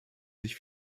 sich